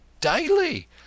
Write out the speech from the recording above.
daily